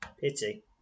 pity